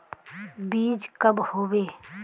बीज कब होबे?